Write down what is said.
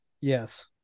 Yes